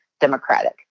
Democratic